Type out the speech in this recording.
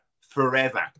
Forever